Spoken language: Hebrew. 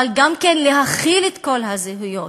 אבל גם להכיל את כל הזהויות.